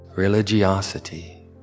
religiosity